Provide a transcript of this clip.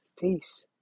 Peace